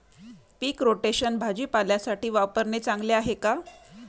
पीक rotation भाजीपाल्यासाठी वापरणे चांगले आहे का?